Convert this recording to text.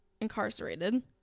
incarcerated